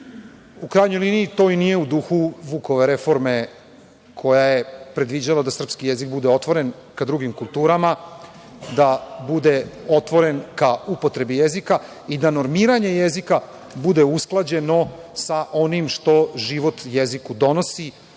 U krajnjoj liniji, to i nije u duhu Vukove reforme, koja je predviđala da srpski jezik bude otvoren ka drugim kulturama, da bude otvoren ka upotrebi jezika i da normiranje jezika bude usklađeno sa onim što život jeziku donosi,